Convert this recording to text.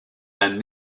and